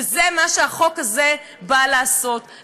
וזה מה שהחוק הזה בא לעשות,